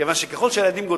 כיוון שככל שהילדים גדלים,